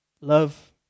Love